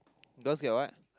does get what